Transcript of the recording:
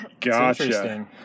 Gotcha